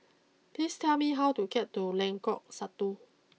please tell me how to get to Lengkok Satu